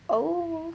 oh